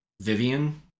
vivian